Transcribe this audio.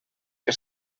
que